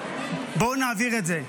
בואו נעביר את זה.